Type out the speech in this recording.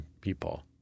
people